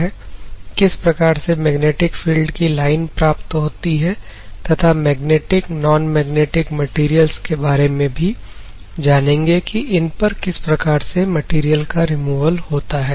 किस प्रकार से मैग्नेटिक फील्ड की लाइन प्राप्त होती है तथा मैग्नेटिक नॉन मैग्नेटिक मेटीरियल्स के बारे में भी जानेंगे कि इन पर किस प्रकार से मटेरियल का रिमूवल होता है